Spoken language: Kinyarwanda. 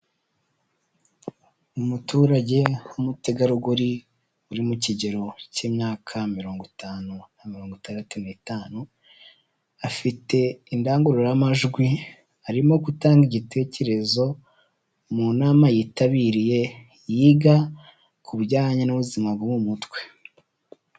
Umuturage w'umutegarugori uri mu kigero cy'imyaka mirongo itanu na mirongo itandatu n'tanu, afite indangururamajwi arimo gutanga igitekerezo mu nama yitabiriye yiga ku bijyanye n'ubuzima bw'uwo mutwe.